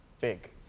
big